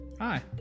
Hi